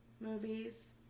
movies